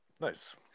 Nice